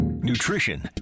Nutrition